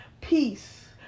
peace